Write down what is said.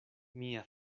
mia